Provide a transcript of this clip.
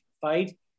fight